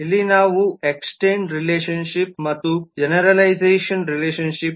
ಇಲ್ಲಿ ನಾವು ಮೂರು ಸಂಬಂಧಗಳ ಬಗ್ಗೆ ಮಾತನಾಡುತ್ತೇವೆ ಎಕ್ಸ್ಟೆನ್ಡ್ ರಿಲೇಶನ್ಶಿಪ್ ಮತ್ತು ಜೆನೆರಲೈಝಷನ್ ರಿಲೇಶನ್ಶಿಪ್